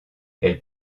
elle